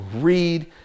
read